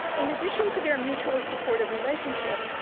in addition to their mutually supportive relationship,